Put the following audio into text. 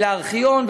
לארכיון,